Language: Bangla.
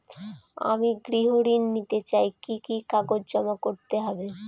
আমি গৃহ ঋণ নিতে চাই কি কি কাগজ জমা করতে হবে?